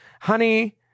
Honey